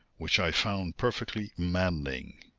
which i found perfectly maddening.